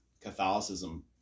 Catholicism